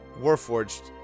Warforged